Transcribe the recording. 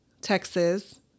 Texas